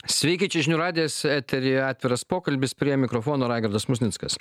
sveiki čia žinių radijo eteryje atviras pokalbis prie mikrofono raigardas musnickas